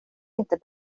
inte